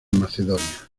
macedonia